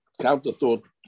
counter-thought